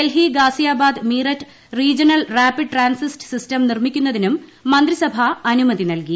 Delhi Ghaziabad Meerut regional rapid transit system നിർമിക്കുന്നതിനും മന്ത്രിസഭ അനുമതി നൽകി